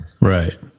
Right